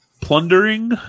plundering